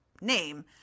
name